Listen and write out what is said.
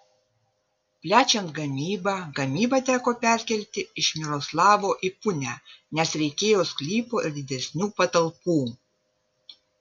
plečiant gamybą gamybą teko perkelti iš miroslavo į punią nes reikėjo sklypo ir didesnių patalpų